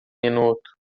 minuto